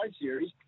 series